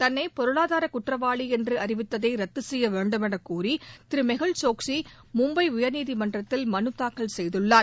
தன்னை பொருளாதார குற்றவாளி என்று அறிவித்ததை ரத்து செய்யவேண்டும் என கோரி திரு முகுல் சோக்ஸி மும்பை உயர்நீதிமன்றத்தில் மனுதாக்கல் செய்துள்ளார்